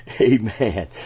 Amen